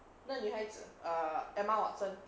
那女孩子 err emma watson